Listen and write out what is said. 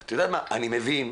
אני מבין,